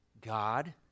God